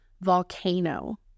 volcano